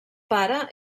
pare